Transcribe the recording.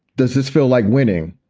does this feel like winning?